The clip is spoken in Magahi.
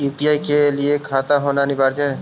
यु.पी.आई के लिए खाता होना अनिवार्य है?